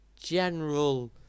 general